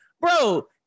bro